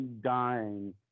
dying